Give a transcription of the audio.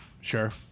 Sure